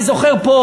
אני זוכר פה,